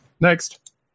Next